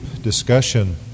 discussion